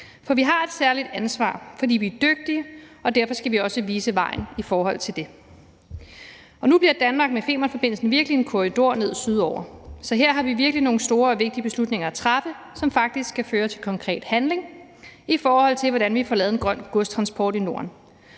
For vi har et særligt ansvar, fordi vi er dygtige, og derfor skal vi også vise vejen i forhold til det. Nu bliver Danmark med Femernforbindelsen virkelig en korridor ned sydover, så her har vi virkelig nogle store og vigtige beslutninger at træffe, som faktisk kan føre til konkret handling, i forhold til hvordan vi får lavet en grøn godstransport i Norden,